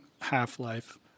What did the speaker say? half-life